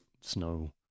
snow